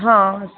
हाँ